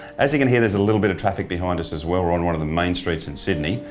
as you can hear there's a little bit of traffic behind us as well, we're on one of the main streets in sydney,